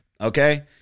okay